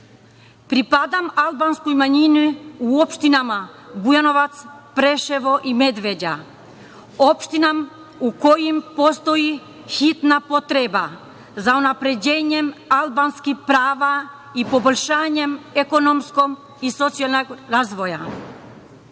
manjina. Pripadam albanskoj manjini u opštinama Bujanovac, Preševo i Medveđa, opštinama u kojima postoji hitna potreba za unapređenjem albanskih prava i poboljšanje ekonomskog i socijalnog